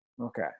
Okay